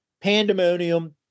Pandemonium